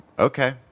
okay